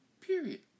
Period